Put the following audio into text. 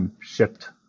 Shipped